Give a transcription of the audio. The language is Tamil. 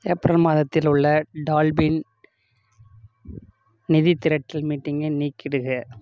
ஏப்ரல் மாதத்தில் உள்ள டால்பின் நிதி திரட்டல் மீட்டிங்கே நீக்கிடுக